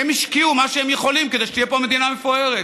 הם השקיעו מה שהם יכולים כדי שתהיה פה מדינה מפוארת.